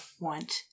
want